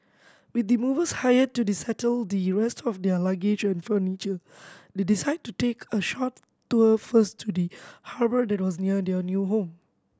with the movers hired to the settle the rest of their luggage and furniture they decided to take a short tour first to the harbour that was near their new home